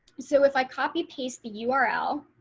so if i copy paste the yeah url,